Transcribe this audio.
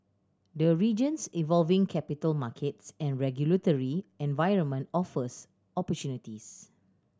the region's evolving capital markets and regulatory environment offers opportunities